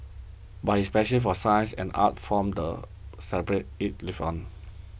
but his passion for science and art forms the celebrate it lived on